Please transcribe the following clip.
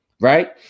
right